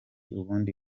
ubundi